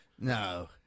No